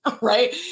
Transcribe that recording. right